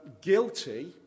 guilty